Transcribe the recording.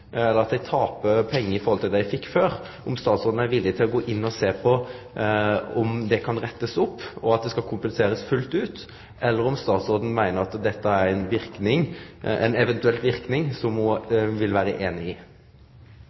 i forhold til det dei fekk før, er statsråden villig til å gå inn og sjå på om det kan rettast opp og kompenserast for fullt ut, eller meiner statsråden at dette er ein eventuell verknad som ho vil vere einig i?